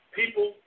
people